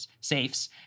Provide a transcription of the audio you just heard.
safes